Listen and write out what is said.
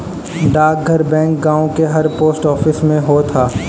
डाकघर बैंक गांव के हर पोस्ट ऑफिस में होत हअ